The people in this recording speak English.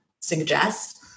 suggest